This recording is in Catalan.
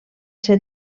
ser